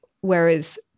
Whereas